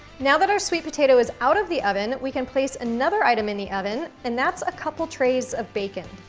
now that our sweet potato is out of the oven, we can place another item in the oven, and that's a couple trays of bacon.